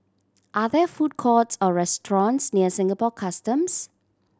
are there food courts or restaurants near Singapore Customs